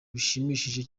bishimishije